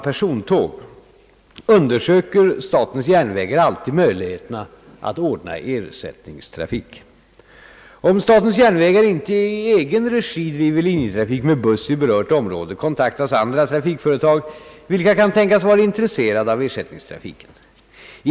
De samhällsägda trafikföretagen har emellertid ett stort gemensamt ansvar gentemot den berörda befolkningen, ett ansvar som förefaller i icke tillräcklig omfattning beaktats vid förändringar inom järnvägens persontrafik.